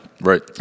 Right